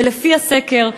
ולפי הסקר,